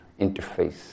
interface